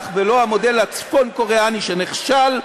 ולא על-פי המודל הצפון-קוריאני שנכשל.